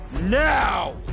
now